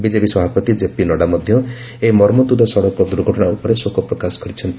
BJP ସଭାପତି ଜେପି ନଡ୍ରା ମଧ୍ୟ ଏହି ମର୍ମନ୍ତୁଦ ସଡ଼କ ଦୁର୍ଘଟଣା ଉପରେ ଶୋକ ପ୍ରକାଶ କରିଛନ୍ତି